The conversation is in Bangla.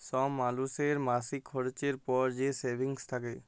ছব মালুসের মাসিক খরচের পর যে সেভিংস থ্যাকে